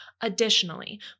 Additionally